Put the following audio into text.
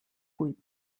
cuit